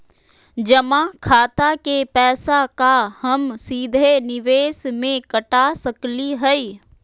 जमा खाता के पैसा का हम सीधे निवेस में कटा सकली हई?